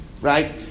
right